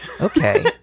okay